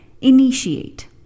initiate